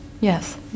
Yes